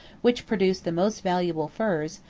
which produce the most valuable furs,